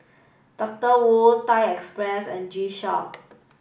Doctor Wu Thai Express and G Shock